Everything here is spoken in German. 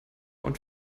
und